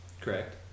correct